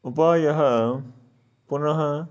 उपायः पुनः